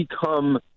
become